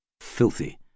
Filthy